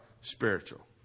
spiritual